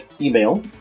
email